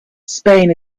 spain